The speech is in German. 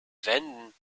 wänden